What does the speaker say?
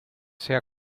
sea